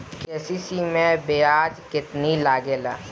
KCC मै ब्याज केतनि लागेला?